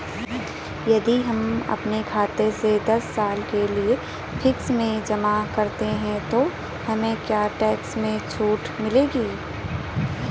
यदि हम अपने खाते से दस साल के लिए फिक्स में जमा करते हैं तो हमें क्या टैक्स में छूट मिलेगी?